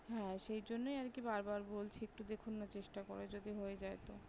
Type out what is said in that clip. হ্যাঁ সেই জন্যই আর কি বারবার বলছি একটু দেখুন না চেষ্টা করে যদি হয়ে যায় তো